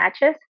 matches